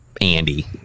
Andy